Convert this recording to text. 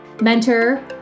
mentor